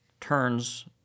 turns